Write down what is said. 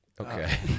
Okay